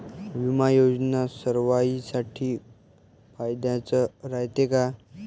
बिमा योजना सर्वाईसाठी फायद्याचं रायते का?